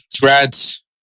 grads